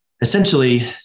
essentially